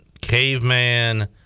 caveman